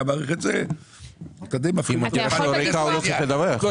מערכת זה --- אתה יכול בדיווח להגיד אם